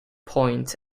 point